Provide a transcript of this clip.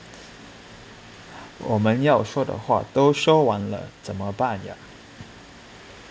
我们要说的话都说完了怎么办呀